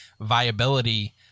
viability